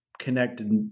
connected